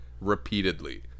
Repeatedly